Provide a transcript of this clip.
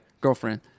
Girlfriend